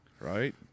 right